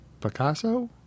Picasso